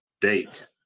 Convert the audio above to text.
date